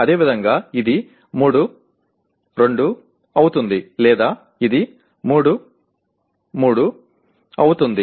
అదేవిధంగా ఇది 3 2 అవుతుంది లేదా ఇది 3 3 అవుతుంది